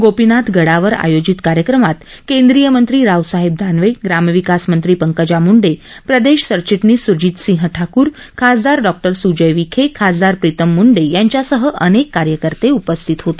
गोपीनाथ गडावर आयोजित कार्यक्रमात केंद्रीय मंत्री रावसाहेब दानवे ग्रामविकास मंत्री पंकजा मुंडे प्रदेश सरचिटणीस सुरजितसिंग ठाकूर खासदार डॉ सुजय विखे खासदार प्रीतम मुंडे यांच्यासह अनेक कार्यकर्ते उपस्थित होते